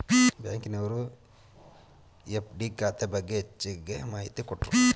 ಬ್ಯಾಂಕಿನವರು ಎಫ್.ಡಿ ಖಾತೆ ಬಗ್ಗೆ ಹೆಚ್ಚಗೆ ಮಾಹಿತಿ ಕೊಟ್ರು